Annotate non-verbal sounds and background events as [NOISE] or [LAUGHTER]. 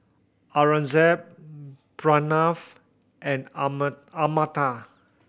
Aurangzeb Pranav and [UNINTELLIGIBLE] Amartya